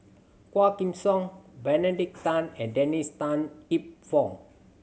Quah Kim Song Benedict Tan and Dennis Tan Lip Fong